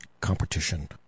competition